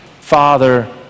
Father